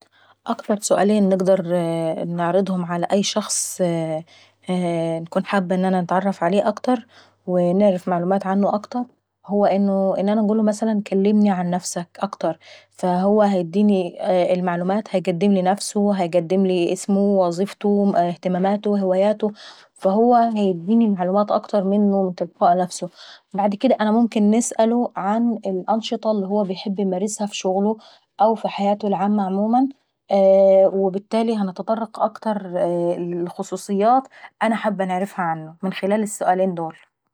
اكتر سؤالين نقدر نعرضهم على أي شخص نكون حابة نتعرف عليه اكتر ونعرف معلومات عنه اكتر: هو ان انا نقوله مثلا كلمني عن نفسك اكتر، فهو هيديني المعلومات، هيقدملي نفسه، وظيفته، اهتاماته، هواياته، فهو هيديني معلومات اكتر منه من تلقاء نفسه. بعد كديه انا ممكن نسأله عن الانشطة اللي ممكن يحب يمارسها في شغله او في حياته العامة عموما وبالتالي هنتطرق اكتر عن خصوصيات انا حابة نعرفها عنه من خلال السؤالين دوول.